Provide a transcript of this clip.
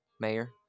Mayor